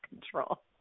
control